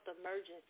emergency